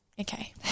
okay